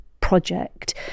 project